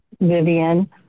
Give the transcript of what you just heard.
Vivian